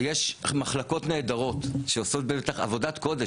ויש מחלקות נהדרות שעושות בטח עבודת קודש,